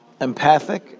empathic